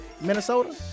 Minnesota